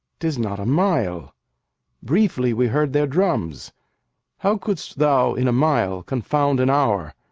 tis not a mile briefly we heard their drums how couldst thou in a mile confound an hour,